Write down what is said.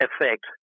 effect